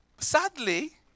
Sadly